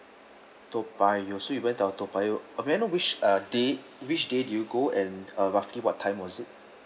toa payoh so you went to our toa payoh uh may I know which uh day which day did you go and uh roughly what time was it